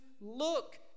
look